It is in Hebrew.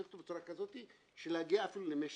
אותו בצורה כזאת של להגיע אפילו למי שתיה.